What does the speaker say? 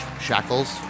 shackles